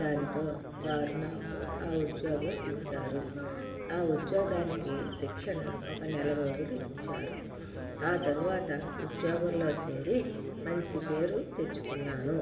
దానితో వారు నాకు ఆ ఉద్యోగం ఇచ్చారు ఆ ఉద్యోగానికి శిక్షణ ఒక నెల రోజులు ఇచ్చారు ఆ తరువాత ఉద్యోగంలో చేరి మంచి పేరు తెచ్చుకున్నాను